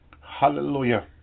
Hallelujah